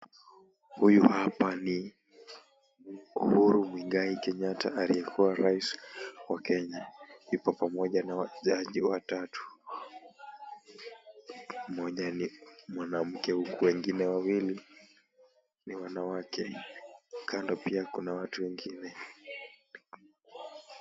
Huyu hapa ni Uhuru Muigai Kenyatta, aliyekua rais wa Kenya. Yuko pamoja na wachezaji watatu. Mmoja ni mwanamke huku wengine wawili ni wanawake. Kando pia kuna watu wengine.